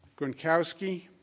Gronkowski